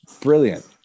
brilliant